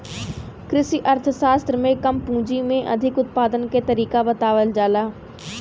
कृषि अर्थशास्त्र में कम पूंजी में अधिक उत्पादन के तरीका बतावल जाला